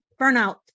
Burnout